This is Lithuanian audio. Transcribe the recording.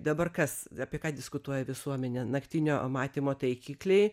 dabar kas apie ką diskutuoja visuomenė naktinio matymo taikikliai